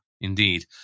Indeed